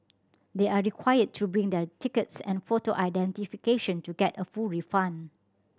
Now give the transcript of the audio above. they are required to bring their tickets and photo identification to get a full refund